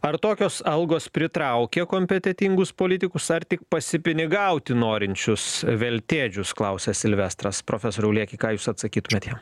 ar tokios algos pritraukia kompetentingus politikus ar tik pasipinigauti norinčius veltėdžius klausia silvestras profesoriau lieki ką jūs atsakytumėt jam